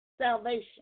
Salvation